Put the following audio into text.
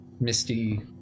Misty